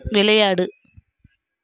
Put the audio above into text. விளையாடு